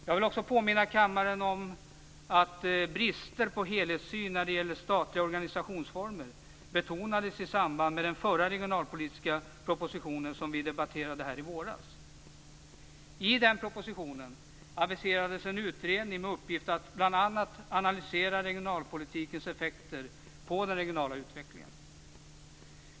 Jag vill också påminna kammaren om att brister i helhetssynen när det gäller statliga organisationsformer betonades i samband med den förra regionalpolitiska propositionen, som vi debatterade här i våras. I denna proposition aviserades en utredning med uppgift att bl.a. analysera regionalpolitikens effekter på den regionala utvecklingen.